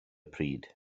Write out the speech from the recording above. pryd